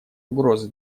угрозы